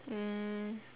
um